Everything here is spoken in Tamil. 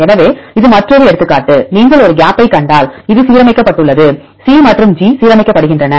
எனவே இது மற்றொரு எடுத்துக்காட்டு நீங்கள் ஒரு கேப்பைக் கண்டால் இங்கே இது சீரமைக்கப்பட்டுள்ளது C மற்றும் G சீரமைக்கப்படுகின்றன